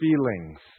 feelings